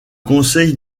conseil